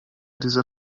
dieser